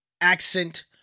accent